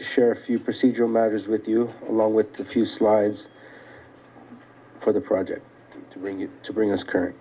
they share a few procedural matters with you along with a few slides for the project to bring you to bring us current